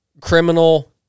criminal